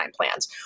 plans